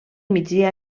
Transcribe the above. migdia